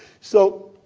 so,